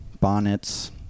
bonnets